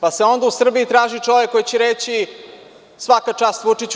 Pa se onda u Srbiji traži čovek koji će reći – svaka čast Vučiću.